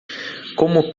como